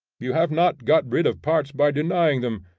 you have not got rid of parts by denying them,